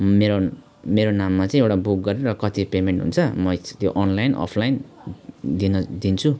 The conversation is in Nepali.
मेरो मेरो नाममा चाहिँ एउटा बुक गरेर कति पेमेन्ट हुन्छ म त्यो अनलाइन अफलाइन दिन दिन्छु